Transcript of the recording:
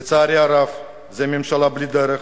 לצערי הרב, זו ממשלה בלי דרך,